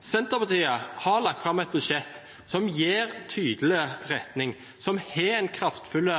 Senterpartiet har lagt fram et budsjett som gir tydelig retning, som har en kraftfull